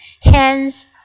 Hence